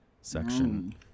Section